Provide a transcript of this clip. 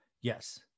Yes